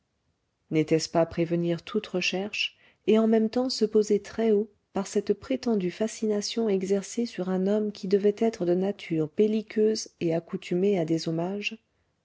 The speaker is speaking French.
n'était-ce pas prévenir toute recherche et en même temps se poser très haut par cette prétendue fascination exercée sur un homme qui devait être de nature belliqueuse et accoutumé à des hommages